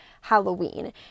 Halloween